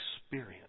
experience